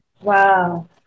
Wow